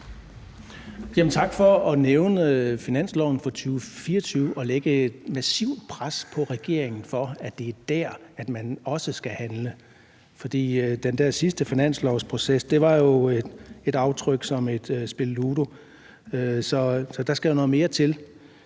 Tak for at nævne finansloven for 2024 og lægge et massivt pres på regeringen for, at det er der, hvor man også skal handle. Den sidste finanslovsproces efterlod jo et indtryk af, at det var et spil ludo, så der skal jo noget mere til.